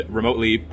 remotely